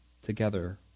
together